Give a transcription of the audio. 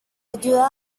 ayuda